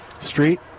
street